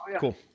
Cool